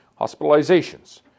Hospitalizations